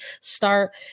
start